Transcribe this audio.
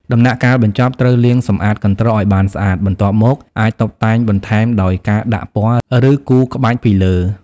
ដំណាក់កាលបញ្ចប់ ត្រូវលាងសម្អាតកន្ត្រកឲ្យបានស្អាត បន្ទាប់មក អាចតុបតែងបន្ថែមដោយការដាក់ពណ៌ ឬគូរក្បាច់ពីលើ។